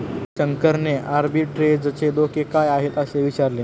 शंकरने आर्बिट्रेजचे धोके काय आहेत, असे विचारले